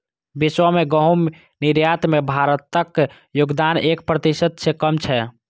विश्व के गहूम निर्यात मे भारतक योगदान एक प्रतिशत सं कम छै